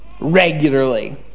regularly